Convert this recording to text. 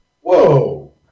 Whoa